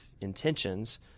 intentions